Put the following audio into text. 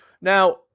Now